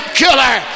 killer